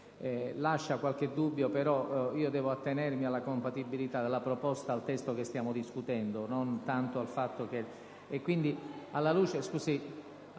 lascia qualche dubbio; però, devo attenermi alla compatibilità della proposta al testo che stiamo discutendo*. (Commenti dal Gruppo PD).*